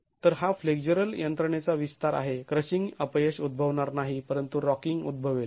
तर हा फ्लेक्झरल यंत्रणेचा विस्तार आहे क्रशिंग अपयश उद्भवणार नाही परंतु रॉकिंग उद्भवेल